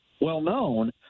well-known